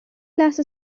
لحظه